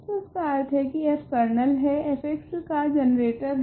तो इसका अर्थ है की f कर्नल f का जनरेटोर है